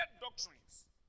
doctrines